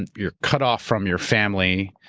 and you're cut off from your family.